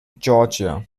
georgia